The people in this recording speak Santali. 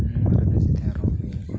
ᱱᱚᱣᱟ ᱨᱮᱜᱮ ᱡᱮᱛᱮᱭᱟᱜ ᱨᱚᱜ